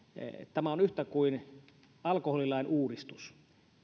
tämä on yhtä kuin alkoholilain uudistus